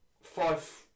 five